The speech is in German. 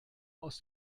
aus